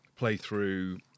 playthrough